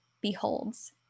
beholds